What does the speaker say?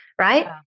right